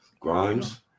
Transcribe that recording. grimes